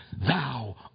thou